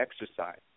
exercise